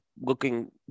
looking